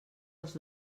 als